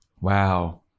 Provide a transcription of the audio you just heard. wow